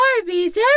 Barbie's